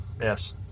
Yes